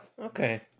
Okay